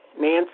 Nancy